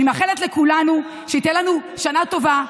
אני מאחלת לכולנו שתהיה לנו שנה טובה,